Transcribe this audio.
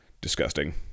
Disgusting